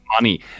money